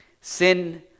Sin